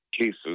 cases—